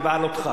בהעלותך,